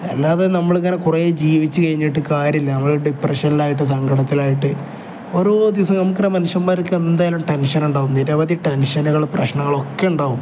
അല്ലാതെ നമ്മൾ ഇങ്ങനെ കുറേ ജീവിച്ച് കഴിഞ്ഞിട്ട് കാര്യമില്ല നമ്മൾ ഡിപ്രഷനിലായിട്ട് സങ്കടത്തിലായിട്ട് ഓരോ ദിവസം നമുക്ക് മനുഷ്യന്മാർക്ക് എന്തായാലും ടെൻഷന ഉണ്ടാകും നിരവധി ടെൻഷനുകൾ പ്രശ്നങ്ങളൊക്കെ ഉണ്ടാകും